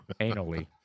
Anally